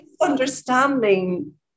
understanding